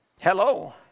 Hello